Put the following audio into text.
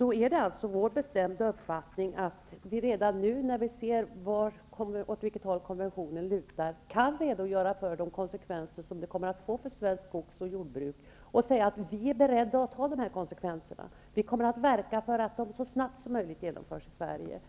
är det vår bestämda uppfattning att vi redan nu när vi ser åt vilket håll konventionen lutar kan redogöra för de konsekvenser som den kommer att få för svenskt skogs och jordbruk och säga att vi är beredda att ta de konsekvenserna; vi kommer att verka för att åtgärderna så snabbt som möjligt genomförs i Sverige.